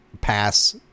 pass